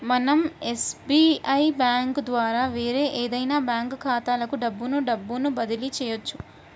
మనం SBI bank ద్వారా వేరే ఏదైనా బ్యాంక్ ఖాతాలకు డబ్బును డబ్బును బదిలీ చెయ్యొచ్చు